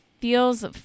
feels